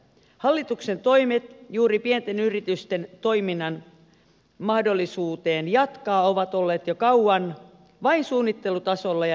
hallituksen toimet juuri pienten yritysten mahdollisuuteen jatkaa toimintaa ovat olleet jo kauan vain suunnittelutasolla ja neuvottelupöydissä